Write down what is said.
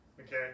Okay